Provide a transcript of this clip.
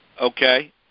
Okay